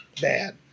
bad